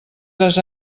les